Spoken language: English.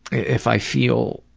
if i feel